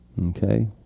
Okay